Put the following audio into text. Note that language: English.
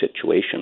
situation